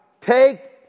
take